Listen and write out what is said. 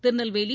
Tirunelveli